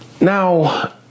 Now